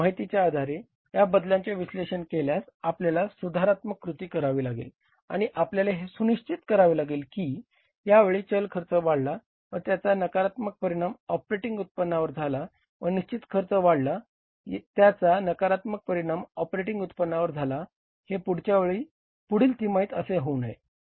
आणि या माहितीच्या आधारे या बदलांचे विश्लेषण केल्यास आपल्याला सुधारात्मक कृती करावी लागेल आणि आपल्याला हे सुनिश्चित करावे लागेल की या वेळी चल खर्च वाढला व त्याचा नकारात्मक परिणाम ऑपरेटिंग उत्पन्नावर झाला व निश्चित खर्च वाढला त्याचा नकारात्मक परिणाम ऑपरेटिंग उत्पन्नावर झाला हे पुढच्या वेळी पुढील तिमाहीत असे होऊ नये